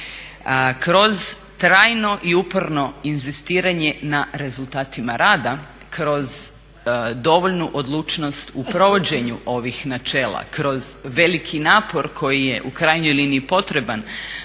Kroz trajno i uporno inzistiranje na rezultatima rada, kroz dovoljnu odlučnost u provođenju ovih načela, kroz veliki napor koji je u krajnjoj liniji potreban,